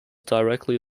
directly